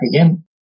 again